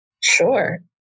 Sure